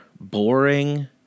boring